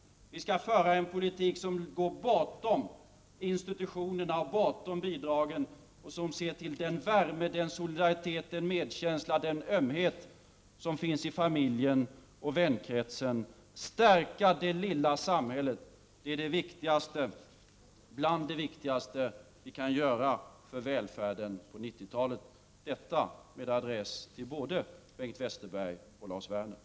Vi skall föra en politik som går bortom institutionerna och bortom bidragen, som ser till den värme, den solidaritet, den medkänsla, den ömhet som finns i vänkretsen, vi skall stärka det lilla samhället. Det är bland det viktigaste vi kan göra för välfärden på 90-talet. Detta sagt med adress till både Bengt Westerberg och Lars Werner.